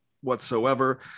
whatsoever